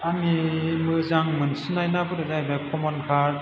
आंनि मोजां मोनसिन्नाय नाफोरा जाहैबाय कमन काट